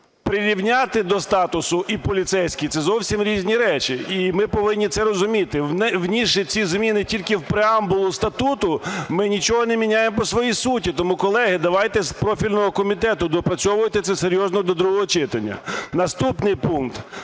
"Прирівняти до статусу" і "поліцейські" – це зовсім різні речі. І ми повинні це розуміти. Внісши ці зміни тільки в преамбулу статуту, ми нічого не міняємо по своїй суті. Тому, колеги, давайте, з профільного комітету, доопрацьовуйте це серйозно до другого читання. Наступний пункт.